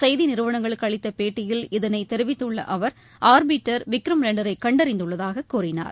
செய்தி நிறுவனங்களுக்கு அளித்த பேட்டியில் இதனைத் தெரிவித்துள்ள அவர் ஆர்பிட்டர் விக்ரம் லேண்டரை கண்டறிந்துள்ளதாக கூறினார்